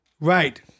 Right